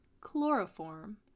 chloroform